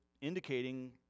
indicating